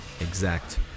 exact